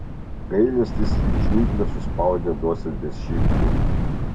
gailestis lyg žnyplės suspaudė docentės širdį